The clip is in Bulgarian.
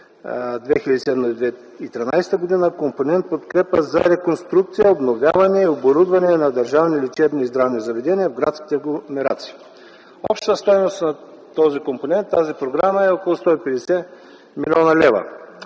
2007-2013 г.”, компонент в подкрепа за реконструкция, обновяване и оборудване на държавни лечебни и здравни заведения в градските конгломерации. Общата стойност на този компонент, тази програма е около 150 млн. лв.